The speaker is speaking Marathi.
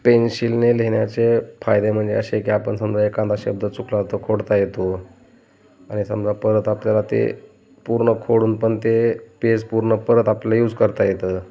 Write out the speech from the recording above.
पेन्शिलने लिहिण्याचे फायदे म्हणजे असे की आपण समजा एखादा शब्द चुकला तो खोडता येतो आणि समजा परत आपल्याला ते पूर्ण खोडून पण ते पेस पूर्ण परत आपलं यूज करता येतं